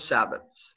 Sabbaths